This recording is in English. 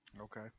okay